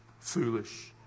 foolish